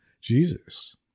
Jesus